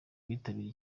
bitabiriye